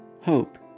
hope